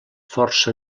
força